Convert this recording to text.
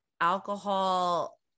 alcohol